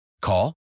Call